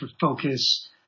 focus